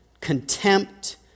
contempt